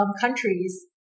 countries